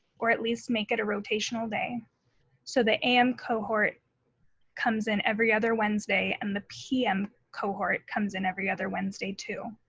or at least make it a rotational day so the a m. cohort comes in every other wednesday and the p m. cohort comes in every other wednesday, too?